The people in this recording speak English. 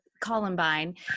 Columbine